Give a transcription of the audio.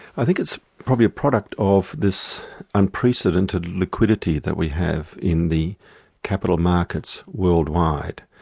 i think it's probably a product of this unprecedented liquidity that we have in the capital markets worldwide.